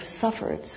suffered